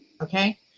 okay